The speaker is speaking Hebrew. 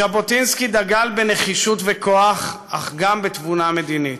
ז'בוטינסקי דגל בנחישות ובכוח אך גם בתבונה מדינית.